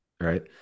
right